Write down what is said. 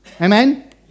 Amen